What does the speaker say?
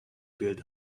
build